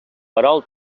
perol